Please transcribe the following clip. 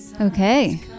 Okay